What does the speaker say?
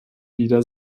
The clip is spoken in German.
wieder